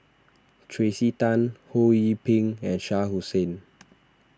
Tracey Tan Ho Yee Ping and Shah Hussain